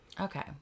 Okay